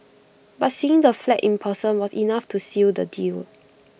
but seeing the flat in person was enough to seal the deal